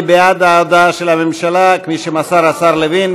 מי בעד ההודעה של הממשלה כפי שמסר השר לוין?